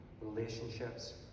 relationships